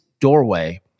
doorway